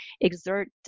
exert